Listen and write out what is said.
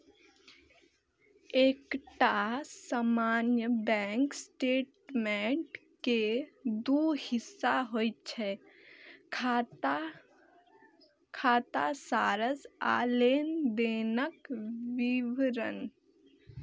एकटा सामान्य bank statement के दू हिस्सा होइ छै, खाता सारांश आ लेनदेनक विवरण